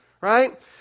Right